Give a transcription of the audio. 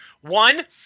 One